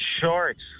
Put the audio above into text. shorts